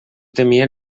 temia